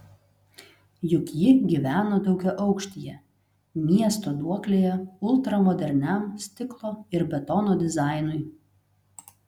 juk ji gyveno daugiaaukštyje miesto duoklėje ultramoderniam stiklo ir betono dizainui